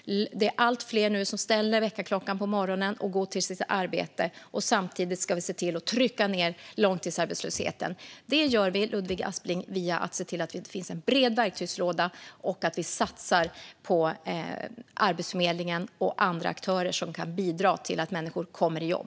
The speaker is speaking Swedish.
Det är allt fler som nu ställer väckarklockan och går till sitt arbete på morgonen. Samtidigt ska vi se till att trycka ned långtidsarbetslösheten. Det gör vi, Ludvig Aspling, genom att se till att det finns en bred verktygslåda och genom att satsa på Arbetsförmedlingen och andra aktörer som kan bidra till att människor kommer i jobb.